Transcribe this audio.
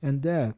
and death.